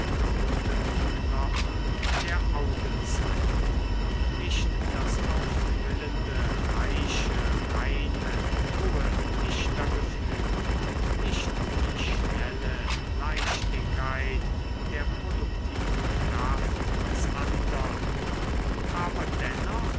abgerundeten knochen der augen zeigt nicht das aufquillende reiche reine hohe dichtergefühl nicht die schnelle leichtigkeit der produktiven kraft des andern aber dennoch